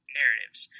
narratives